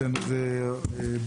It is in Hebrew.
אצלנו זה מובנה.